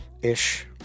ish